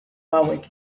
hauek